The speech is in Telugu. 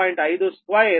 2 p